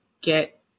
get